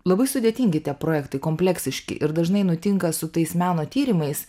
labai sudėtingi tie projektai kompleksiški ir dažnai nutinka su tais meno tyrimais